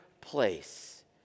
place